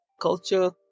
Culture